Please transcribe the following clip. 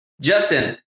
Justin